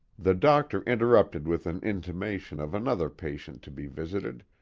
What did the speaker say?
the doctor interrupted with an intimation of another patient to be visited,